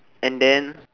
and then